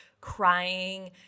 crying